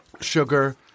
sugar